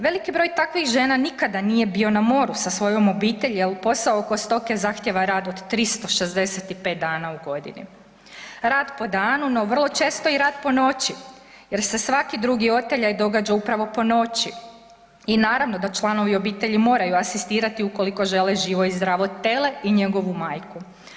Veliki broj takvih žena nikada nije bio na moru sa svojom obitelji jel posao oko stoke zahtijeva rad od 365 dana u godini, rad po danu, no vrlo često i rad po noći jer se svaki drugi oteljaj događa upravo po noći i naravno da članovi obitelji moraju asistirati ukoliko žele živo i zdravo tele i njegovu majku.